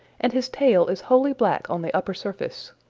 and his tail is wholly black on the upper surface.